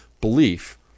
belief